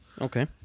Okay